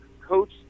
Coach